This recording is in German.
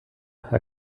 herr